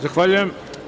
Zahvaljujem.